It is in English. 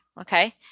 Okay